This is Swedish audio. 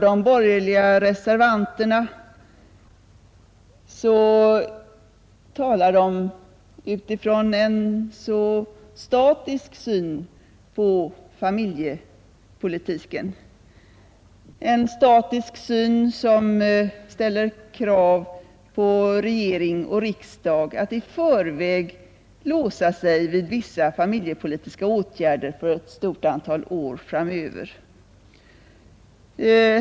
De borgerliga reservanterna talar utifrån en statisk syn på familjepolitiken, en statisk syn som ställer krav på regering och riksdag att i förväg låsa sig vid vissa familjepolitiska åtgärder för ett stort antal år framöver.